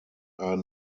ein